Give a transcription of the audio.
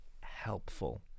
helpful